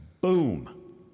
Boom